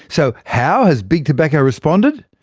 so how has big tobacco responded?